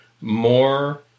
more